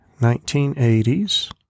1980s